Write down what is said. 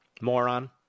moron